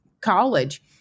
college